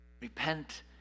Repent